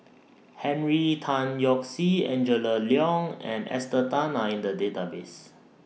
Henry Tan Yoke See Angela Liong and Esther Tan Are in The Database